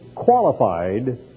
qualified